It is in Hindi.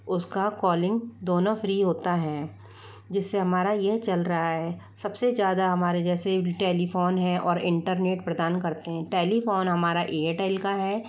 उसका कॉलिंग दोनों फ्री होता है जिससे हमारा यह चल रहा है सबसे ज़्यादा हमारे जैसे टेलीफोन हैं और इंटरनेट प्रदान करते हैं टेलीफोन हमारा एयरटेल का है